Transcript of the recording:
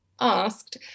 asked